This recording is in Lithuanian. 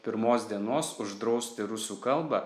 pirmos dienos uždrausti rusų kalbą